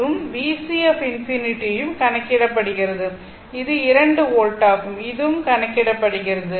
மற்றும் VC ∞ யும் கணக்கிடப்படுகிறது இது 2 வோல்ட் ஆகும் இதுவும் கணக்கிடப்படுகிறது